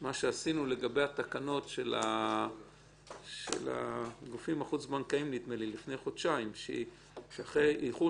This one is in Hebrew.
מה שעשינו לגבי התקנות של הגופים החוץ-בנקאיים לפני כחודשיים שאחרי איחור